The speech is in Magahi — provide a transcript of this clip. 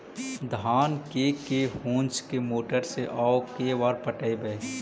धान के के होंस के मोटर से औ के बार पटइबै?